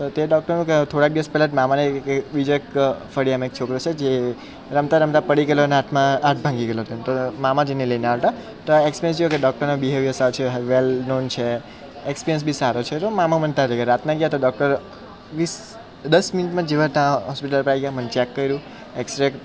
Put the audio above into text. તો તે ડોકટર કે થોડાં દિવસ પહેલાં જ મામાને એક એક બીજા એક ફળિયામાં એક છોકરો છે જે રમતા રમતા પડી ગયેલો અને હાથમાં હાથ ભાંગી ગયેલો તો મામા જ એને લઈને આવ્યા હતા તો એકપિરિયન્સ થયો કે ડોકટરનું બિહેવીયર સારું છે વેલ નોન છે એ એક્સપિરિયન્સ બી સારો છે તો મામા મને ત્યાં લઈ ગયા રાતના ગયા તો ડોકટર વીસ દસ મિનિટમાં જેવા હતા હોસ્પિટલ પર આવી ગયા મને ચેક કર્યું એસકરે